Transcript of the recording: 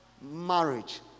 marriage